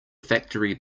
factory